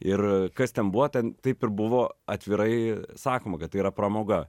ir kas ten buvo ten taip ir buvo atvirai sakoma kad tai yra pramoga